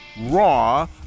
raw